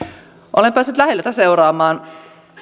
olen päässyt läheltä seuraamaan